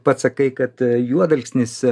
pats sakai kad juodalksnis